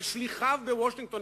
ושליחיו בוושינגטון,